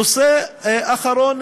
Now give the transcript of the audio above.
נושא אחרון,